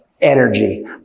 energy